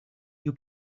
you